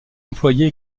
employés